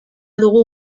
dugu